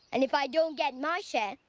and if i don't get my share,